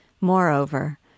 Moreover